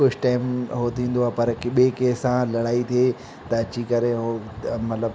कुझु टाइम उहो थींदो आहे पर ॿिए कंहिं सां लड़ाई थिए त अची करे उहो मतिलबु